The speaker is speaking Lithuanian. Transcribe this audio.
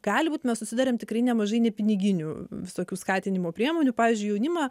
gali būt mes susiduriam tikrai nemažai nepiniginių visokių skatinimo priemonių pavyzdžiui jaunimą